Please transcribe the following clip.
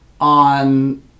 on